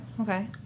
Okay